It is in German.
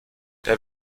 der